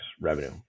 revenue